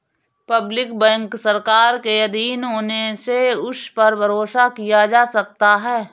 public bank सरकार के आधीन होने से उस पर भरोसा किया जा सकता है